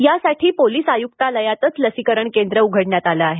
यासाठी पोलीस आयुक्तालयातच लसीकरण केंद्र उघडण्यात आलं आहे